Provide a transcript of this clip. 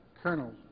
Colonel